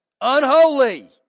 unholy